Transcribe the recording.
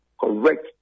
correct